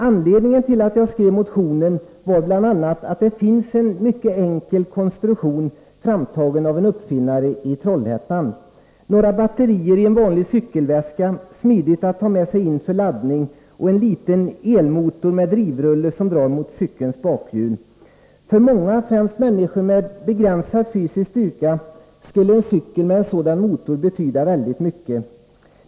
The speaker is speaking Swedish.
Anledningen till att jag skrev motionen var bl.a. att det finns en mycket enkel konstruktion, framtagen av en uppfinnare från Trollhättan: några batterier i en vanlig cykelväska, smidig att ta med sig in för laddning, och en liten elmotor med drivrulle som drar mot cykelns bakhjul. För många, främst människor med begränsad fysisk styrka, skulle en cykel med en sådan motor betyda väldigt mycket.